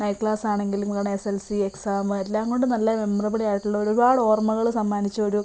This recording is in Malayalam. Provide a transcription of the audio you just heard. നൈറ്റ് ക്ലാസ് ആണെങ്കിലും ഞങ്ങളുടെ S S L C exam എല്ലാം കൊണ്ടും നല്ല മെമ്മറബിൾ ആയിട്ടുള്ള ഒരുപാട് ഓർമ്മകൾ സമ്മാനിച്ച ഒരു